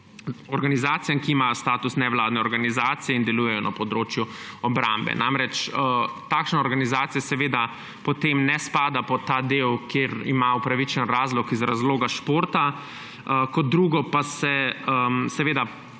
ki imajo status nevladne organizacije in delujejo na področju obrambe. Namreč, takšna organizacija potem ne spada pod ta del, kjer ima upravičen razlog iz razloga športa. Kot drugo pa se seveda